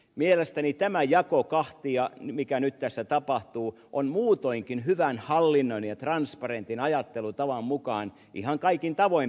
mielestäni tämä jako kahtia mikä nyt tässä tapahtuu on muutoinkin hyvän hallinnan ja transparentin ajattelutavan mukaan ihan kaikin tavoin perusteltu ja oikea hallinta